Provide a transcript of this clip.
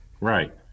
Right